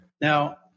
Now